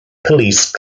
police